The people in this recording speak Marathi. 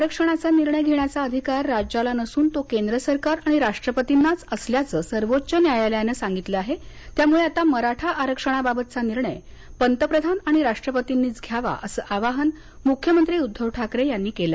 आरक्षणाचा निर्णय घेण्याचा अधिकार राज्याला नसून तो केंद्र सरकार आणि राष्ट्रपतींनाच असल्याचं सर्वोच्च न्यायालयानं सांगितल्यामुळे आता मराठा आरक्षणाबाबतचा निर्णय पंतप्रधान आणि राष्ट्रपर्तींनीच घ्यावा असं आवाहन मुख्यमंत्री उद्धव ठाकरे यांनी आज केलं